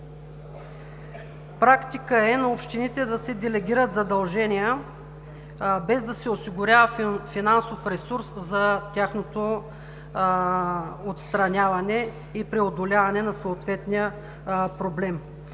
Практика е на общините да се делегират задължения, без да се осигурява финансов ресурс за отстраняване и преодоляване на съответния проблем.